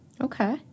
Okay